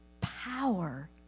power